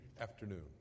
afternoon